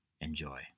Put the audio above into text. Enjoy